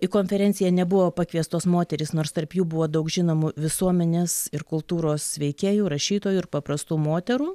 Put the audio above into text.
į konferenciją nebuvo pakviestos moterys nors tarp jų buvo daug žinomų visuomenės ir kultūros veikėjų rašytojų ir paprastų moterų